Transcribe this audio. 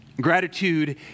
Gratitude